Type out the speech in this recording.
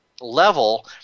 level